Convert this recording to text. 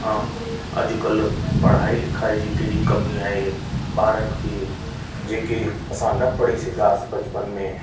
हा अॼकल्ह पढ़ाई लिखाई जी केॾी कमी आहे ॿारनि खे जेके असां न पढ़ी सघियासीं बचपन में